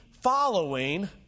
following